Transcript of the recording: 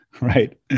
right